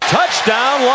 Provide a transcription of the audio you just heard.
Touchdown